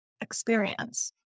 experience